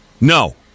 No